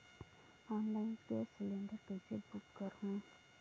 Online gas cylinder कइसे book करहु?